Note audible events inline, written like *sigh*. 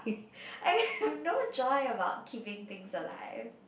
*laughs* no joy about keeping things alive